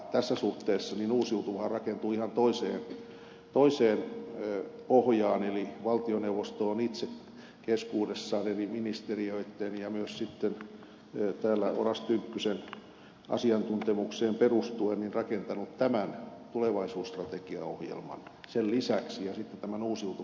tässä suhteessa uusiutuva rakentuu ihan toiselle pohjalle eli valtioneuvosto on itse keskuudessaan eri ministeriöitten ja myös sitten täällä oras tynkkysen asiantuntemukseen perustuen rakentanut tämän tulevaisuusstrategiaohjelman sen lisäksi ja sitten tämän uusiutuvan paketin